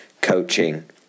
coaching